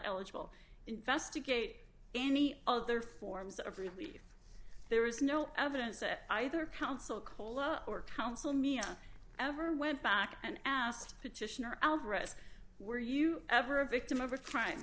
eligible investigate any other forms of relief there is no evidence that either counsel cola or counsel me on ever went back and asked petitioner alvarez were you ever a victim of a crime